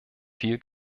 viel